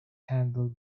handled